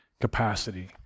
capacity